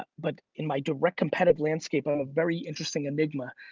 ah but in my direct competitive landscape, i'm a very interesting enigma.